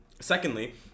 secondly